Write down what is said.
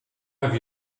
have